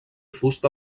fusta